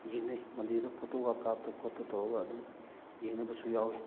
ꯌꯦꯡꯅꯩ ꯃꯟꯗꯤꯔꯗ ꯐꯣꯇꯣꯒ ꯀꯥꯞꯇꯅ ꯈꯣꯠꯇꯅ ꯇꯧꯔꯒ ꯑꯗꯨꯝ ꯌꯦꯡꯅꯕꯁꯨ ꯌꯥꯎꯋꯤ